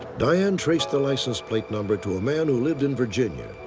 diane traced the license plate number to a man who lived in virginia.